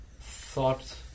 thought